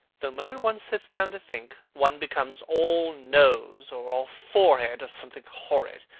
the moment one sits down to think, one becomes all nose, or all forehead, or something horrid.